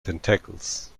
tentacles